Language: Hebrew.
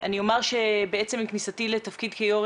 אני אומר שבעצם עם כניסתי לתפקיד כיו"ר